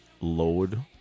Load